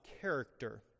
character